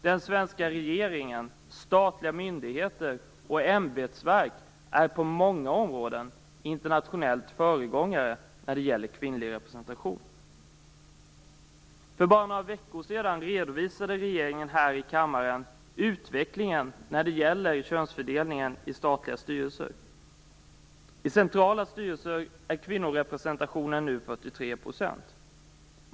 Den svenska regeringen, statliga myndigheter och ämbetsverk är på många områden internationella föregångare när det gäller kvinnlig representation. För bra några veckor sedan redovisade regeringen här i kammaren utvecklingen när det gäller könsfördelningen i statliga styrelser. I centrala styrelser är kvinnorepresentationen nu 43 %.